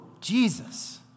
Jesus